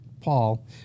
Paul